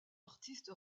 artiste